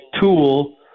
tool